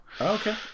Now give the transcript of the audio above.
okay